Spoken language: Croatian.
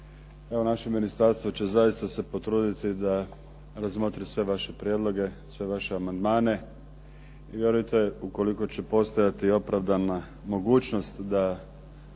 naše ministarstvo će zaista se potruditi da razmotri sve vaše prijedloge, sve vaše amandmane. I vjerujte ukoliko će postojati opravdana mogućnost da